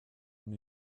und